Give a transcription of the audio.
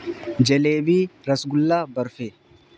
jalebi rasgulla barfi